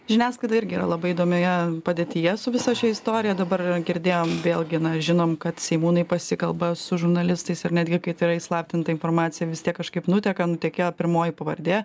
žiniasklaida irgi yra labai įdomioje padėtyje su visa šia istorija dabar girdėjom vėlgi na žinom kad seimūnai pasikalba su žurnalistais ir netgi kai tai yra įslaptinta informacija vis tiek kažkaip nuteka nutekėjo pirmoji pavardė